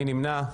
מי נמנע?